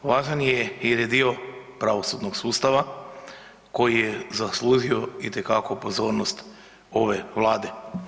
Važan je jer je dio pravosudnog sustava koji je zaslužio itekakvu pozornost ove Vlade.